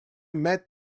met